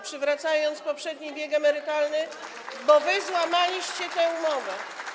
przywracając poprzedni wiek emerytalny, bo wy złamaliście tę umowę.